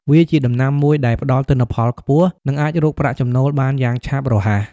វាជាដំណាំមួយដែលផ្តល់ទិន្នផលខ្ពស់ និងអាចរកប្រាក់ចំណូលបានយ៉ាងឆាប់រហ័ស។